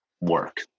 work